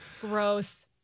Gross